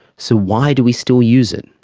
so why do we still use it?